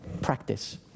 practice